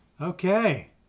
Okay